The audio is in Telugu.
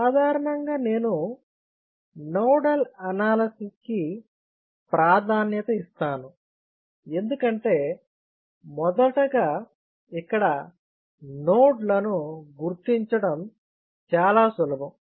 సాధారణంగా నేను నోడల్ అనాలసిస్ కి ప్రాధాన్యత ఇస్తాను ఎందుకంటే మొదటగా ఇక్కడ నోడ్ లను గుర్తించడం చాలా సులభం